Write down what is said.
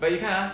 but 你看啊